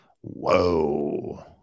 Whoa